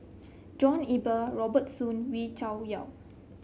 John Eber Robert Soon Wee Cho Yaw